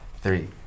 three